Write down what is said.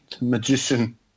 magician